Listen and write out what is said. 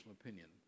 opinion